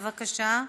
בבקשה.